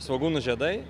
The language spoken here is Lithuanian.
svogūnų žiedai